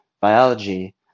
biology